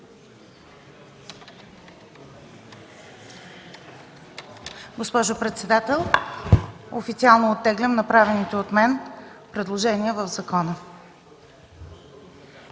Госпожо председател, официално оттеглям направените от мен предложения по закона.